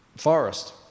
forest